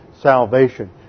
salvation